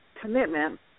commitment